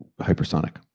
hypersonic